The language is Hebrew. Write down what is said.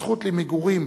הזכות למגורים,